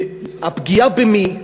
הפגיעה במי?